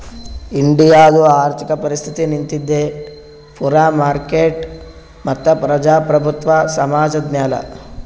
ಇಂಡಿಯಾದು ಆರ್ಥಿಕ ಪರಿಸ್ಥಿತಿ ನಿಂತಿದ್ದೆ ಪೂರಾ ಮಾರ್ಕೆಟ್ ಮತ್ತ ಪ್ರಜಾಪ್ರಭುತ್ವ ಸಮಾಜದ್ ಮ್ಯಾಲ